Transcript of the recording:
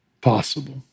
possible